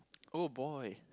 oh boy